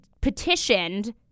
petitioned